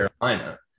Carolina